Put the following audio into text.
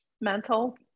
mental